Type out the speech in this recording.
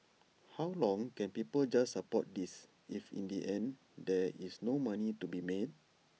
how long can people just support this if in the end there is no money to be made